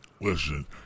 listen